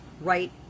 right